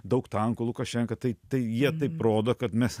daug tankų lukašenka tai tai jie taip rodo kad mes